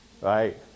right